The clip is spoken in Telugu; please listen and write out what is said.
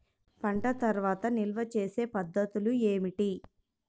పంట తర్వాత నిల్వ చేసే పద్ధతులు ఏమిటి?